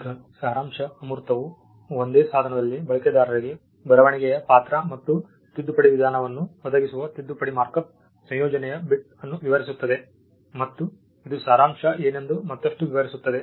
ಈಗ ಸಾರಾಂಶ ಅಮೂರ್ತವು ಒಂದೇ ಸಾಧನದಲ್ಲಿ ಬಳಕೆದಾರರಿಗೆ ಬರವಣಿಗೆಯ ಪಾತ್ರ ಮತ್ತು ತಿದ್ದುಪಡಿ ವಿಧಾನವನ್ನು ಒದಗಿಸುವ ತಿದ್ದುಪಡಿ ಮಾರ್ಕ್ಅಪ್ ಸಂಯೋಜನೆಯ ಬಿಟ್ ಅನ್ನು ವಿವರಿಸುತ್ತದೆ ಮತ್ತು ಇದು ಸಾರಾಂಶ ಏನೆಂದು ಮತ್ತಷ್ಟು ವಿವರಿಸುತ್ತದೆ